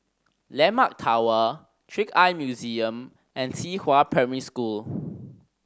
Landmark Tower Trick Eye Museum and Qihua Primary School